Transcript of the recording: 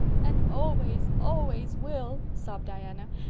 and always, always will, sobbed diana.